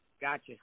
Gotcha